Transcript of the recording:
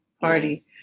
party